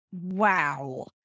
wow